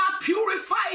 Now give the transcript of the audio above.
Purify